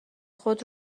خود